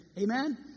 Amen